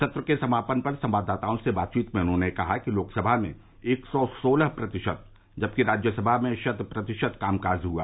सत्र के समापन पर संवाददाताओं से बातचीत में उन्होंने कहा कि लोकसभा में एक सौ सोलह प्रतिशत जबकि राज्यसभा में शत प्रतिशत कामकाज हुआ